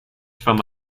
from